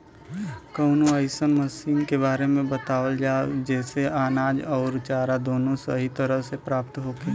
कवनो अइसन मशीन के बारे में बतावल जा जेसे अनाज अउर चारा दोनों सही तरह से प्राप्त होखे?